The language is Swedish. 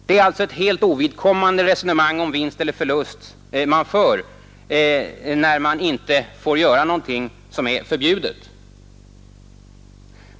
Det är alltså helt ovidkommande resonemang om vinst eller förlust som man för, när man på detta sätt talar om att man inte får göra någonting som är förbjudet.